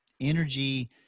energy